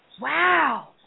wow